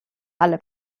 alle